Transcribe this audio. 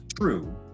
true